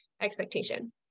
expectation